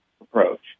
approach